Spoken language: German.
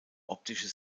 optische